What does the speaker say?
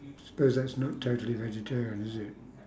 suppose that's not totally vegetarian is it